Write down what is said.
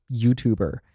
YouTuber